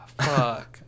Fuck